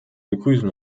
begrüßen